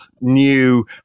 new